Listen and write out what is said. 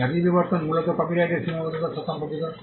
জাতীয় বিবর্তন মূলত কপিরাইটের সীমাবদ্ধতার সাথে সম্পর্কিত